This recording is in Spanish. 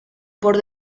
por